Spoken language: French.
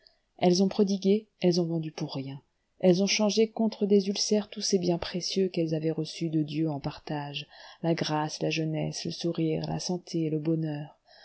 elles ont prodigué elles ont vendu pour rien elles ont changé contre des ulcères tous ces biens précieux qu'elles avaient reçus de dieu en partage la grâce la jeunesse le sourire la santé le bonheur